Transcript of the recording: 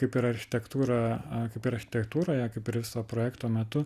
kaip ir architektūra kaip architektūroje kaip ir viso projekto metu